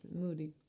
moody